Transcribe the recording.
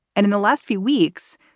and in the last few weeks,